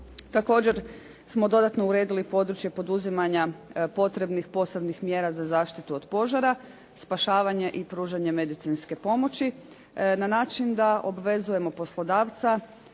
Također smo dodatno uredili područje poduzimanja potrebnih posebnih mjera za zaštitu od požara, spašavanje i pružanje medicinske pomoći na način da obvezujemo poslodavca